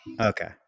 Okay